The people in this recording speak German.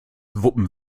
wuppen